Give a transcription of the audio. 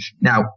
Now